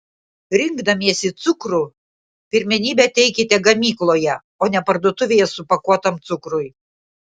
rinkdamiesi cukrų pirmenybę teikite gamykloje o ne parduotuvėje supakuotam cukrui